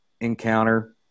encounter